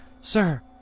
Sir